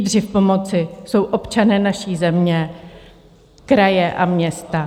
Lídři pomoci jsou občané naší země, kraje a města.